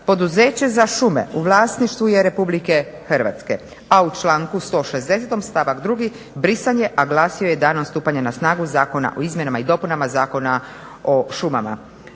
"Poduzeće za šume u vlasništvu je RH". A u članku 160. stavak 2. brisan je, a glasio je: "Danom stupanja na snagu Zakona o izmjenama i dopunama Zakona o šumama".